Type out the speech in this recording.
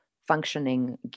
functioning